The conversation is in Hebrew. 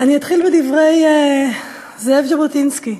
אני אתחיל בדברי זאב ז'בוטינסקי,